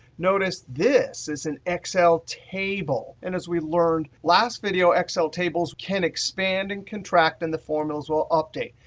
notice this is an excel table. and as we learned last video, excel tables can expand and contract and the formulas will update.